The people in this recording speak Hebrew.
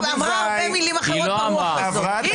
הרבה מילים אחרות ברוח הזאת.